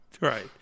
Right